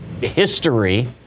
history